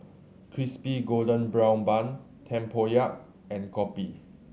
Crispy Golden Brown Bun tempoyak and kopi